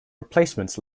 replacements